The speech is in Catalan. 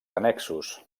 annexos